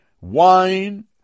wine